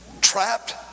trapped